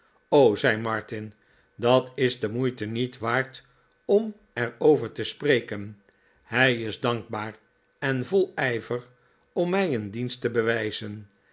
zei martin dat is de moeite niet waard om er over te spreken hij is dankhaar en vol ijver om mij een dienst te bewijzen